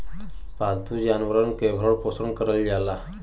पालतू जानवरन के भरण पोसन करल जाला